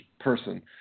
person